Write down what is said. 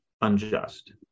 unjust